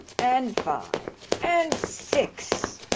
and five. and six.